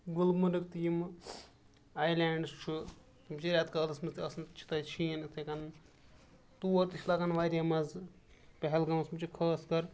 گُلمرگ تہِ یِم آیلینٛڈٕز چھُ تِم چھِ رٮ۪تہٕ کالَس منٛز تہِ آسان چھِ تَتہِ شیٖن یِتھَے کَن تور تہِ چھِ لَگان واریاہ مَزٕ پہلگامَس منٛز چھِ خاص کر